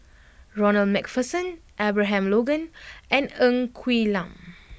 Ronald MacPherson Abraham Logan and Ng Quee Lam